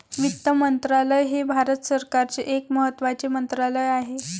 वित्त मंत्रालय हे भारत सरकारचे एक महत्त्वाचे मंत्रालय आहे